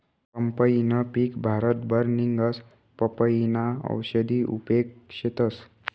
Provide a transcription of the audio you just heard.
पंपईनं पिक भारतभर निंघस, पपयीना औषधी उपेग शेतस